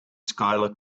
schuyler